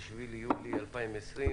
7 ביולי 2020,